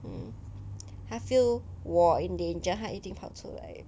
um 它 feel 我 in danger 它一定跑出来